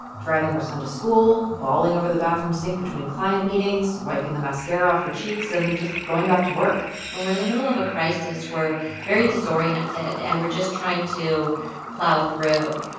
driving her son to school, bawling over the bathroom sink between client meetings, wiping the mascara off her cheeks and just going back to work when we're in the middle of a crisis, we're very disoriented and we're just trying to plow through.